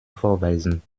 vorweisen